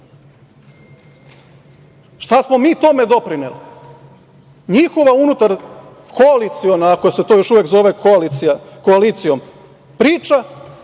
Šta smo mi tome doprineli? Njihova unutar koaliciona, ako se to još uvek zove koalicijom, priča,